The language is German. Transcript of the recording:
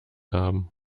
haben